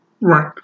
Right